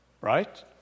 right